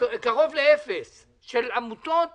קרוב לאפס של עמותות